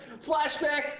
flashback